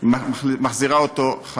מחזירה אותו.